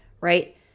right